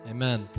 Amen